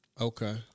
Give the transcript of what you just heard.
Okay